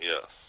yes